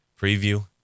preview